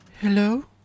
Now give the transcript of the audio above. Hello